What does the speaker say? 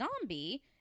zombie